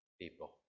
people